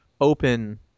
open